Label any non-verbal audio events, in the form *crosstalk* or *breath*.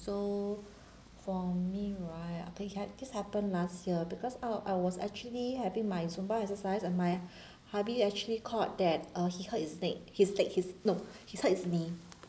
so *breath* for me right I think had this happened last year because I wa~ I was actually having my zumba exercise and my *breath* hubby actually called that uh he hurt his neck his leg his no he's hurt his knee